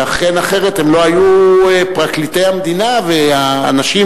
שאחרת הם לא היו פרקליטי המדינה ואנשים